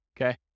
okay